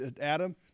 Adam